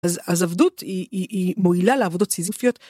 אז-אז עבדות היא-היא-היא מועילה לעבודות סיזיפיות,